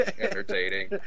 entertaining